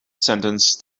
sentence